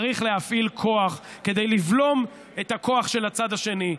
צריך להפעיל כוח כדי לבלום את הכוח של הצד השני,